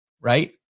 Right